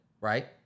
right